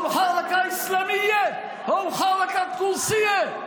אתם מפלגה אסלאמית או מפלגה של